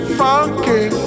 funky